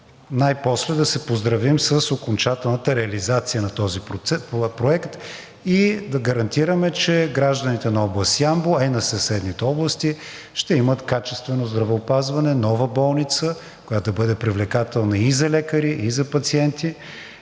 най-после да се поздравим с окончателната реализация на този проект и да гарантираме, че гражданите на област Ямбол, а и на съседните области ще имат качествено здравеопазване, нова болница, която да бъде привлекателна и за лекари, и за пациенти,